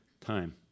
time